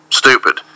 stupid